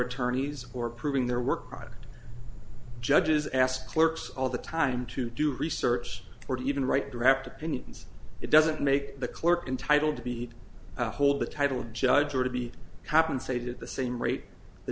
attorneys or proving their work product judges ask clerks all the time to do research or even write direct opinions it doesn't make the clerk entitled to be hold the title of judge or to be compensated the same rate the